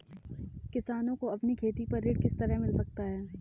किसानों को अपनी खेती पर ऋण किस तरह मिल सकता है?